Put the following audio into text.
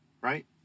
right